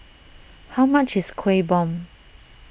how much is Kueh Bom